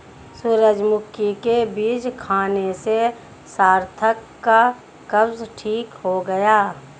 सूरजमुखी के बीज खाने से सार्थक का कब्ज ठीक हो गया